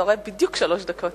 אתה רואה, בדיוק שלוש דקות.